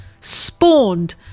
spawned